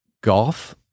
Golf